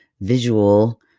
visual